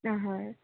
হয়